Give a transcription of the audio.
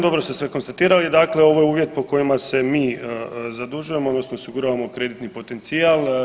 Dobro ste konstatirali, dakle ovo je uvjet po kojima se mi zadužujemo, odnosno osiguravamo kreditni potencijal.